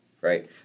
right